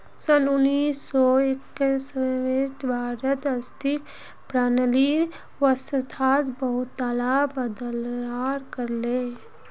सन उन्नीस सौ एक्यानवेत भारत आर्थिक प्रणालीर व्यवस्थात बहुतला बदलाव कर ले